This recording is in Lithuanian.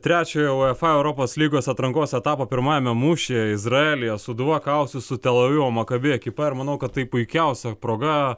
trečiojo uefa europos lygos atrankos etapo pirmajame mūšyje izraelyje sūduva kausis su tel avivo maccabi ekipa ir manau kad tai puikiausia proga